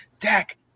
Dak